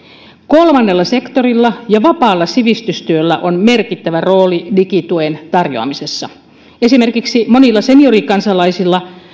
kolmannella sektorilla ja vapaalla sivistystyöllä on merkittävä rooli digituen tarjoamisessa esimerkiksi monilla seniorikansalaisilla